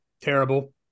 terrible